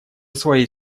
своей